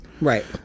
right